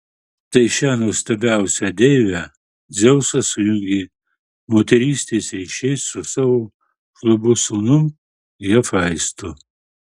tai šią nuostabiausią deivę dzeusas sujungė moterystės ryšiais su savo šlubu sūnum hefaistu